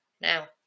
Now